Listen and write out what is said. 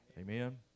amen